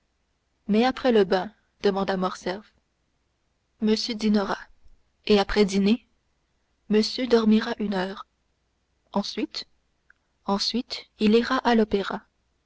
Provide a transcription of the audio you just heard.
mais après le bain demanda morcerf monsieur dînera et après le dîner monsieur dormira une heure ensuite ensuite il ira à l'opéra